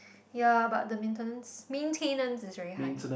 ya but the maintenance maintenance is very high